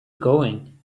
going